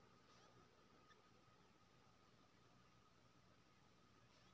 loan लय बला किसानक उमरि चौबीस सँ पैसठ साल हेबाक चाही